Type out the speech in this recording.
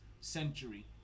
century